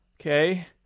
okay